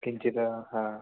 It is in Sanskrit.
किञ्चिद् ह